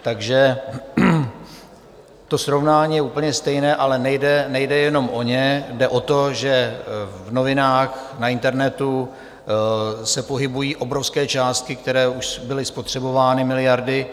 Takže to srovnání je úplně stejné, ale nejde jenom o ně, jde o to, že v novinách, na internetu se pohybují obrovské částky, které už byly spotřebovány, miliardy.